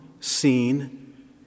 seen